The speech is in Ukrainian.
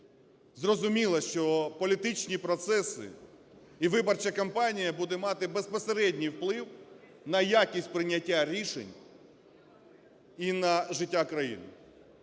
Зрозуміло, що політичні процеси і виборча кампанія буде мати безпосередній вплив на якість прийняття рішень і на життя країни.